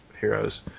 Heroes